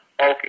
Okay